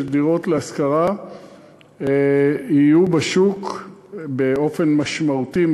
שדירות להשכרה יהיו בשוק באופן משמעותי,